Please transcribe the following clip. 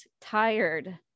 tired